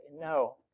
No